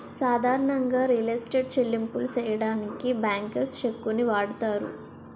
సాధారణంగా real estate చెల్లింపులు సెయ్యడానికి బ్యాంకర్స్ చెక్కుని వాడతారు